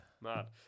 Mad